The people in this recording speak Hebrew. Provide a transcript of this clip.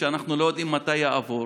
בתקציב, שאנחנו לא יודעים מתי יעבור,